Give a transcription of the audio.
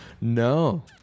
No